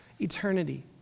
eternity